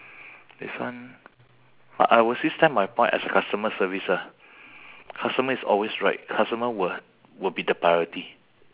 this one I will still stand my point as a customer service ah customer is always right customer will will be the priority